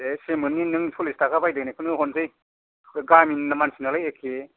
बे सेमोननि नों सल्लिस थाखा बायदेरनायखौनो हरनोसै गामिनिनो मानसि नालाय एखे